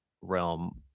realm